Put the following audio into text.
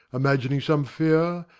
imagining some fear,